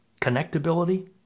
connectability